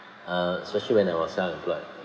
uh especially when I was unemployed